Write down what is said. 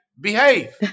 behave